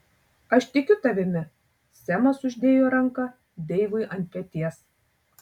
aš tikiu tavimi semas uždėjo ranką deivui ant peties